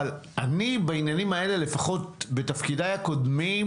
אבל בעניינים האלה, לפחות בתפקידיי הקודמים